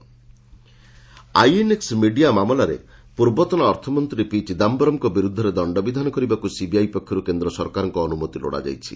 CBI Chidambaram ଆଇଏନ୍ଏକୁ media ମାମଲାରେ ପୂର୍ବତନ ଅର୍ଥମନ୍ତ୍ରୀ ପିଚିଦମ୍ଘରମ୍ଙ୍କ ବିରୁଦ୍ଧରେ ଦଣ୍ଡବିଧାନ କରିବାକୁ ସିବିଆଇ ପକ୍ଷରୁ କେନ୍ଦ୍ର ସରକାରଙ୍କ ଅନୁମତି ଲୋଡ଼ା ଯାଇଛି